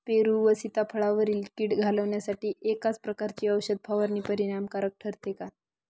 पेरू व सीताफळावरील कीड घालवण्यासाठी एकाच प्रकारची औषध फवारणी परिणामकारक ठरते का?